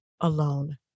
alone